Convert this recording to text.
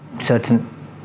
certain